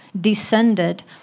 descended